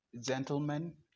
gentlemen